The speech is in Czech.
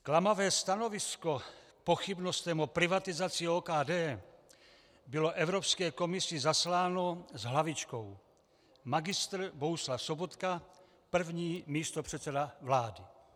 Klamavé stanovisko k pochybnostem o privatizaci OKD bylo Evropské komisi zasláno s hlavičkou Mgr. Bohuslav Sobotka, první místopředseda vlády.